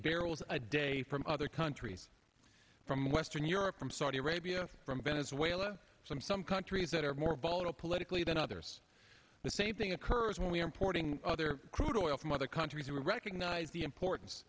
barrels a day from other countries from western europe from saudi arabia from venezuela some some countries that are more volatile politically than others the same thing occurs when we are importing other crude oil from other countries to recognize the importance